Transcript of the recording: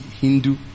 Hindu